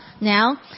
now